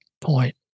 point